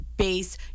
Base